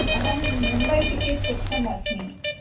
अहं मुम्बै टिकेट् पृच्छन् अस्मि